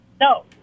No